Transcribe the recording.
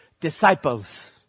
disciples